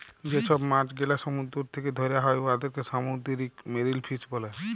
যে ছব মাছ গেলা সমুদ্দুর থ্যাকে ধ্যরা হ্যয় উয়াদেরকে সামুদ্দিরিক বা মেরিল ফিস ব্যলে